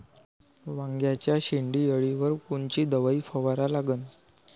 वांग्याच्या शेंडी अळीवर कोनची दवाई फवारा लागन?